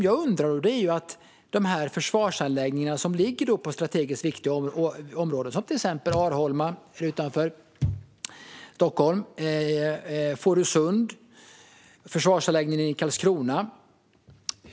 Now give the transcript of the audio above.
Jag undrar över försvarsanläggningarna som ligger i strategiskt viktiga områden, till exempel Arholma här utanför Stockholm, Fårösund och försvarsanläggningen i Karlskrona.